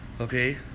Okay